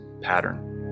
pattern